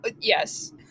Yes